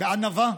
בענווה